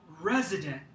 resident